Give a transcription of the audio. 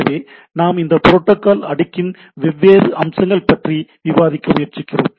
எனவே நாம் இந்த புரோட்டோகால் அடுக்கின் வெவ்வேறு அம்சங்கள் பற்றி விவாதிக்க முயற்சிக்கிறோம்